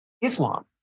Islam